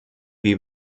wie